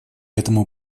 этому